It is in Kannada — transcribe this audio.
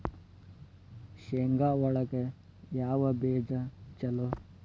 ಶೇಂಗಾ ಒಳಗ ಯಾವ ಬೇಜ ಛಲೋ?